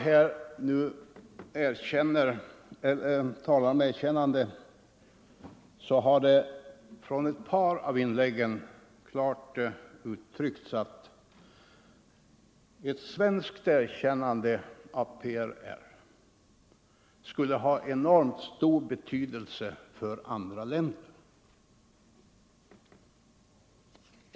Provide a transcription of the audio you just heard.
När man här talat om erkännande har i ett par av inläggen klart ut tryckts att ett svenskt erkännande av PRR skulle ha enormt stor betydelse — Nr 129 för andra länder.